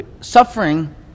Suffering